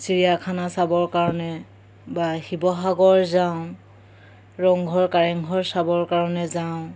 চিৰিয়াখানা চাবৰ কাৰণে বা শিৱসাগৰ যাওঁ ৰংঘৰ কাৰেংঘৰ চাবৰ কাৰণে যাওঁ